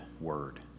word